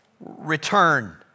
return